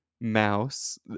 mouse